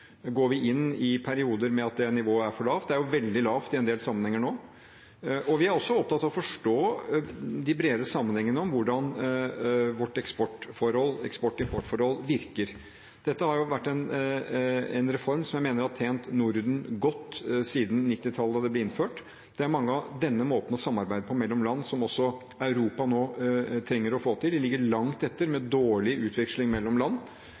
Går vi inn i perioder med at det nivået er for lavt? Det er jo veldig lavt i en del sammenhenger nå. Vi er også opptatt av å forstå de bredere sammenhengene med hvordan vårt eksport-/importforhold virker. Dette har vært en reform som jeg mener har tjent Norden godt siden 1990-tallet, da det ble innført, og denne måten å samarbeide på mellom land trenger også Europa å få til. De ligger langt etter, med dårlig utveksling mellom land.